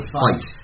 fight